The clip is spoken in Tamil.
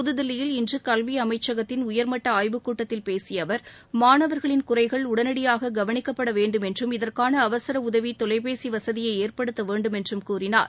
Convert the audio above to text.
புத்தில்லியில் இன்று கல்வி அமைச்சகத்தின் உயர்மட்ட ஆய்வுக்கூட்டத்தில் பேசிய அவர் மாணவர்களின் குறைகள் உடனடியாக கவளிக்கப்பட வேண்டும் என்றும் இதற்கான அவசர உதவி தொலைபேசி வசதியை ஏற்படுத்த வேண்டும் என்றும் கூறினார்